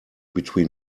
between